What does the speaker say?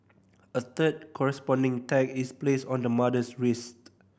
a third corresponding tag is placed on the mother's wrist